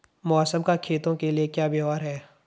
मौसम का खेतों के लिये क्या व्यवहार है?